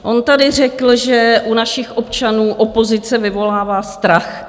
On tady řekl, že u našich občanů opozice vyvolává strach.